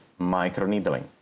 Microneedling